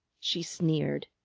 she sneered.